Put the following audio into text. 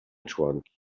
członki